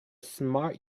smart